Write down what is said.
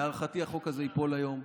להערכתי החוק הזה ייפול היום,